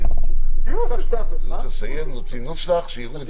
במקום סעיף קטן (ג) יבוא: "(ג)הקנס המינהלי הקצוב לעבירה